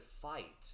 fight